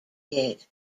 did